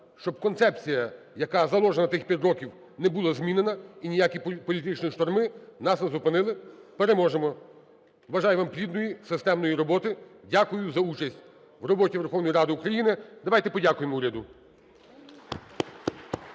щоб концепція, яка заложена тих 5 років, не була змінена і ніякі політичні шторми нас не зупинили. Переможемо! Бажаю вам плідної, системної роботи. Дякую за участь в роботі Верховної Ради України. Давайте подякуємо уряду.